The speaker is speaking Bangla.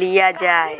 লিয়া যায়